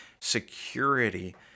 security